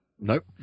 nope